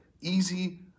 easy